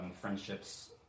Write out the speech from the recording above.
friendships